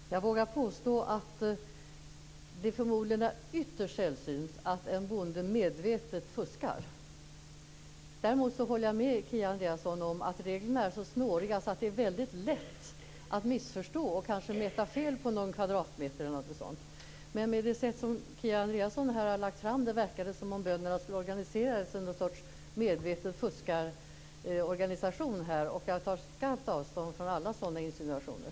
Fru talman! Jag vågar påstå att det förmodligen är ytterst sällsynt att en bonde medvetet fuskar. Däremot håller jag med Kia Andreasson om att reglerna är så snåriga att det är mycket lätt att missförstå och kanske räkna fel på någon kvadratmeter. Men med det sätt som Kia Andreasson har lagt fram detta verkar det som om bönderna skulle organisera sig i någon medveten fuskarorganisation. Jag tar skarpt avstånd från alla sådana insinuationer.